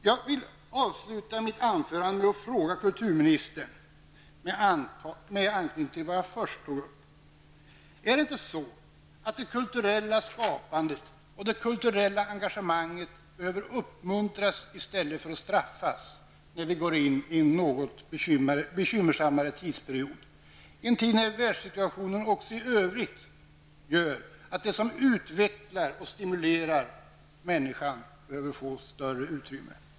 Jag vill avsluta mitt anförande med att fråga kulturministern, med anknytning till vad jag först tog upp: Är det inte så att det kulturella skapandet och det kulturella engagemanget behöver uppmuntras i stället för att straffas, när vi går in i en något bekymmersammare tidsperiod, en tid när världssituationen också i övrigt gör att det som utvecklar och stimulerar människan behöver få större utrymme?